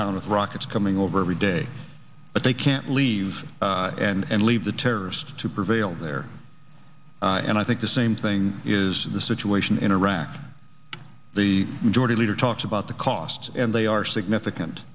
with rockets coming over every day but they can't leave and leave the terrorists to prevail there and i think the same thing is the situation in iraq the majority leader talks about the cost and they are significant